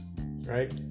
right